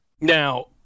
now